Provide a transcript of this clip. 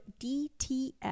DTF